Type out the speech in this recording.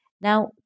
Now